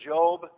Job